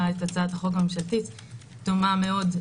את הצעת החוק הממשלתית שהיא דומה מאוד,